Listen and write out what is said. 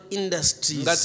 industries